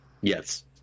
Yes